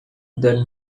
then